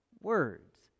words